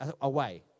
away